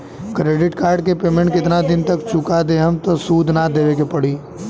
Credit card के payment केतना दिन तक चुका देहम त सूद ना देवे के पड़ी?